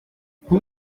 who